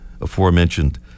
aforementioned